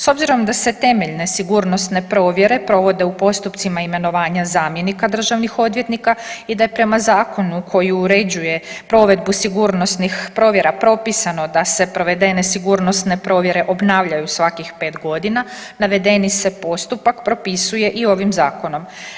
S obzirom da se temeljne sigurnosne provjere provode u postupcima imenovanja zamjenika državnih odvjetnika i da je prema zakonu koji uređuje provedbu sigurnosnih provjera propisano da se provedene sigurnosne provjere obnavljaju svakih 5 godina navedeni se postupak propisuje i ovim zakonom.